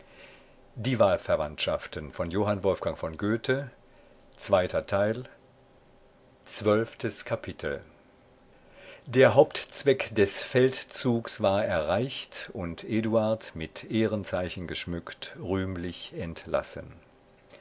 zwölftes kapitel der hauptzweck des feldzugs war erreicht und eduard mit ehrenzeichen geschmückt rühmlich entlassen